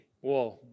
Whoa